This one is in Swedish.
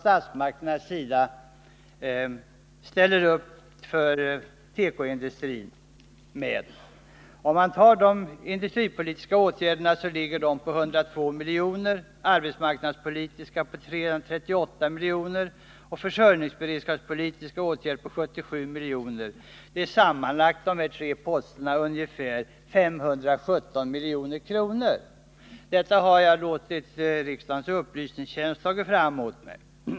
Statsmakterna ställer upp med väsentliga summor till tekoindustrin. De industripolitiska åtgärderna ligger på 102 milj.kr., de arbetsmarknadspolitiska på 338 milj.kr. och de försörjningsberedskapspolitiska på 77 milj.kr. Sammanlagt uppgår dessa poster till 517 milj.kr. Dessa uppgifter har riksdagens upplysningstjänst tagit fram åt mig.